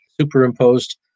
superimposed